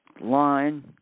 line